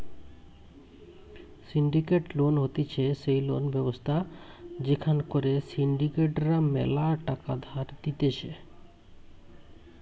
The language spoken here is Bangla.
সিন্ডিকেটেড লোন হতিছে সেই লোন ব্যবস্থা যেখান করে সিন্ডিকেট রা ম্যালা টাকা ধার দিতেছে